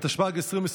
התשפ"ג 2023,